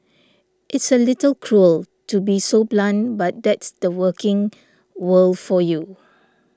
it's a little cruel to be so blunt but that's the working world for you